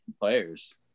players